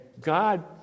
God